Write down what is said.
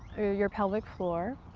your pelvic floor.